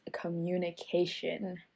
communication